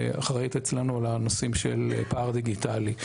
שאחראית אצלנו לנושאי פער דיגיטלי.